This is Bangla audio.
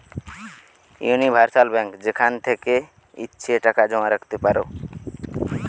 উনিভার্সাল বেঙ্ক যেখান থেকে ইচ্ছে টাকা জমা রাখতে পারো